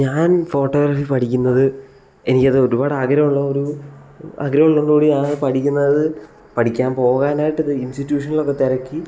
ഞാൻ ഫോട്ടോഗ്രാഫി പഠിക്കുന്നത് എനിക്ക് അത് ഒരുപാട് ആഗ്രഹമുള്ള ഒരു ആഗ്രഹമുള്ളത് കൊണ്ട് കൂടിയാണ് പഠിക്കുന്നത് പഠിക്കാൻ പോകാനായിട്ട് അത് ഇൻസ്റ്റിട്യൂഷനിൽ ഒക്കെ തിരക്കി